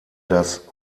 das